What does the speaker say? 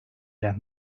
las